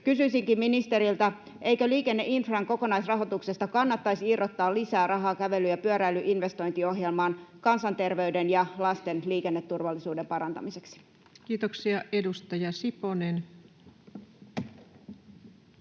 Kysyisinkin ministeriltä: eikö liikenneinfran kokonaisrahoituksesta kannattaisi irrottaa lisää rahaa kävelyn ja pyöräilyn investointiohjelmaan kansanterveyden ja lasten liikenneturvallisuuden parantamiseksi? [Speech 605] Speaker: